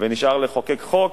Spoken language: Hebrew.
ונשאר לחוקק חוק,